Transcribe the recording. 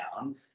down